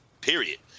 period